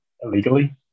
illegally